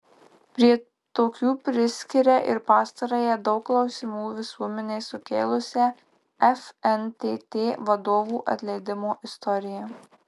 prie tokių priskiria ir pastarąją daug klausimų visuomenei sukėlusią fntt vadovų atleidimo istoriją